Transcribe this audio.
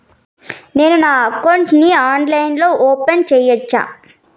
నేను నా అకౌంట్ ని ఆన్లైన్ లో ఓపెన్ సేయొచ్చా?